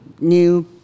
new